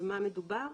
במה מדובר?